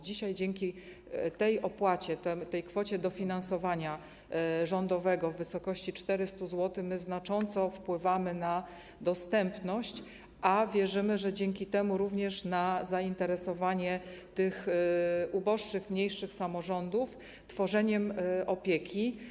Dzisiaj dzięki tej dopłacie, tej kwocie dofinansowania rządowego w wysokości 400 zł, my znacząco wpływamy na dostępność, a wierzymy, że dzięki temu również na zainteresowanie tych uboższych, mniejszych samorządów tworzeniem opieki.